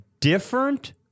different